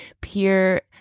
peer